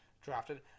drafted –